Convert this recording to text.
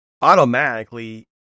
automatically